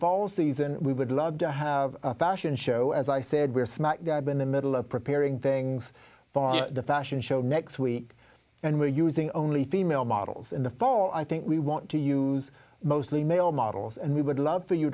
fall season we would love to have a fashion show as i said we're smack dab in the middle of preparing things the fashion show next week and we're using only female models in the fall i think we want to use mostly male models and we would love for you